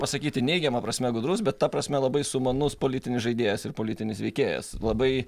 pasakyti neigiama prasme gudrus bet ta prasme labai sumanus politinis žaidėjas ir politinis veikėjas labai